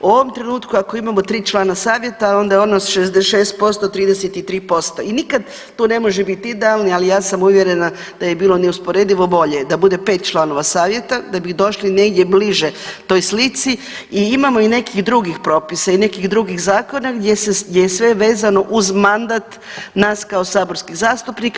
U ovom trenutku ako imamo 3 člana savjeta onda je ono 66% 33% i nikad to ne može bit idealno, ali ja sam uvjerena da bi bilo neusporedivo bolje da bude 5 članova savjeta da bi došli negdje bliže toj slici i imamo i nekih drugih propisa i nekih drugih zakona gdje se, gdje je sve vezano uz mandat nas kao saborskih zastupnika.